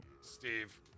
Steve